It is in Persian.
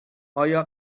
آیا